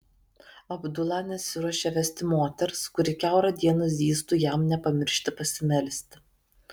abdula nesiruošė vesti moters kuri kiaurą dieną zyztų jam nepamiršti pasimelsti